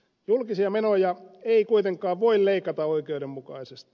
julkisia menoja ei kuitenkaan voi leikata oikeudenmukaisesti